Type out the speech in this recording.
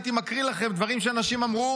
הייתי מקריא לכם דברים שאנשים אמרו